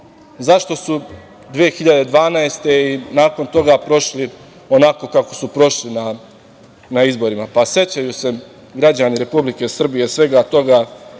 zašto su 2012. godine i nakon toga prošli onako kako su prošli na izborima. Sećaju se građani Republike Srbije svega toga